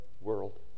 world